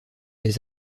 les